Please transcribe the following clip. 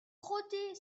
crottées